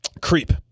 creep